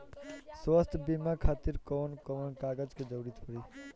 स्वास्थ्य बीमा खातिर कवन कवन कागज के जरुरत पड़ी?